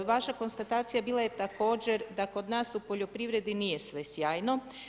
Vaša konstatacija bila je također da kod nas u poljoprivredi nije sve sjajno.